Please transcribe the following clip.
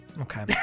Okay